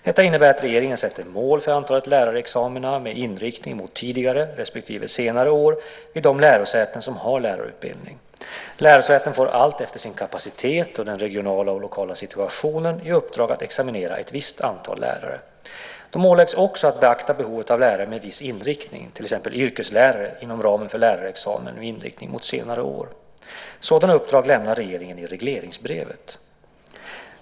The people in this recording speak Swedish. Detta innebär att regeringen sätter mål för antal lärarexamina med inriktning mot tidigare år respektive senare år vid de lärosäten som har lärarutbildning. Lärosätena får alltefter sin kapacitet och den regionala och lokala situationen i uppdrag att examinera ett visst antal lärare. De åläggs också att beakta behov av lärare med viss inriktning, till exempel yrkeslärare inom ramen för lärarexamen med inriktning mot senare år. Sådana uppdrag lämnar regeringen i regleringsbrevet.